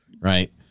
Right